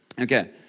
Okay